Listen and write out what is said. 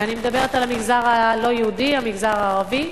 ואני מדברת על המגזר הלא-יהודי, המגזר הערבי,